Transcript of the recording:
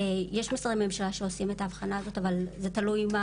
יש משרדי ממשלה שעושים את ההבחנה הזו, אבל תלוי.